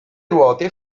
ruote